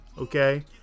okay